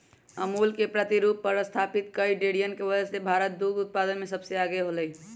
अमूल के प्रतिरूप पर स्तापित कई डेरियन के वजह से भारत दुग्ध उत्पादन में सबसे आगे हो गयलय